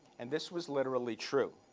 and this was literally true.